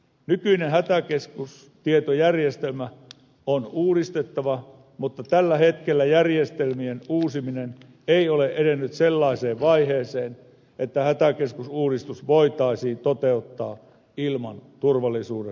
nykyinen hätäkeskustietojärjestelmä on uudistettava mutta tällä hetkellä järjestelmien uusiminen ei ole edennyt sellaiseen vaiheeseen että hätäkeskusuudistus voitaisiin toteuttaa ilman turvallisuuden vaarantumista